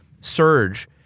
surge